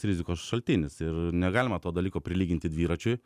rizikos šaltinis ir negalima to dalyko prilyginti dviračiui